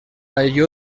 allò